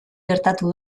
gertatu